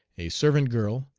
a servant girl,